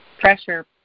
Pressure